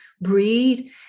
breed